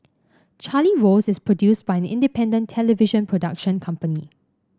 Charlie Rose is produced by an independent television production company